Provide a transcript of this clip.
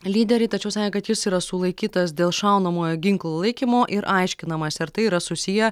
lyderį tačiau sakė kad jis yra sulaikytas dėl šaunamojo ginklo laikymo ir aiškinamasi ar tai yra susiję